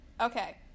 okay